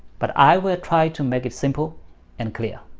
but i will try to make it simple and clear.